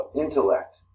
Intellect